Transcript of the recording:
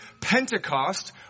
Pentecost